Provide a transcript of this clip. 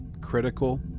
critical